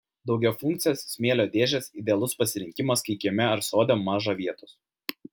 daugiafunkcės smėlio dėžės idealus pasirinkimas kai kieme ar sode maža vietos